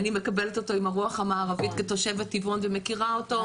אני מקבלת אותו עם הרוח המערבית כתושבת טבעון ומכירה אותו,